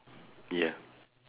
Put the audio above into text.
ya